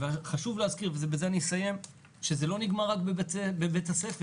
חשוב להזכיר שזה לא נגמר רק בבית הספר,